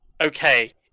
okay